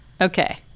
Okay